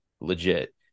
Legit